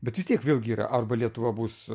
bet vis tiek vėlgi yra arba lietuva bus